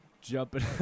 Jumping